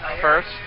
first